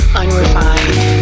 unrefined